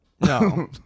no